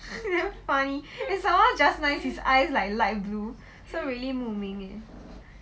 damn funny then somemore just nice his eyes like light blue so really 目冥 eh